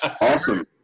Awesome